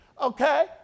okay